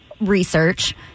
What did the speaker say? research